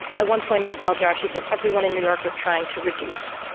at one point in the bell jar she says everyone in new york was trying to reduce